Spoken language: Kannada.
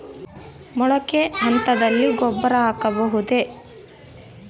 ಮೊಳಕೆ ಹಂತದಲ್ಲಿ ಗೊಬ್ಬರ ಹಾಕಬಹುದೇ?